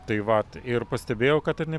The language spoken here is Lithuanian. tai vat ir pastebėjau kad ir ne